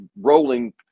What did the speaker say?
rolling